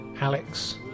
Alex